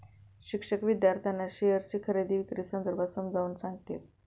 शिक्षक विद्यार्थ्यांना शेअरची खरेदी विक्री संदर्भात समजावून सांगतील